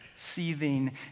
seething